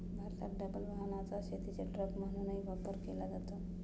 भारतात डबल वाहनाचा शेतीचे ट्रक म्हणूनही वापर केला जातो